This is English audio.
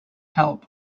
help